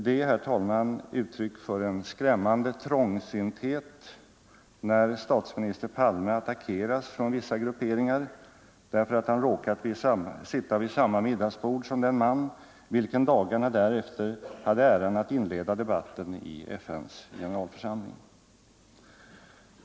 Det är, herr talman, uttryck för en skrämmande trångsynthet när statsminister Palme attackeras från vissa grupperingar därför att han råkat sitta vid samma middagsbord som den man vilken dagarna därefter hade äran att inleda debatten i FN:s generalförsamling.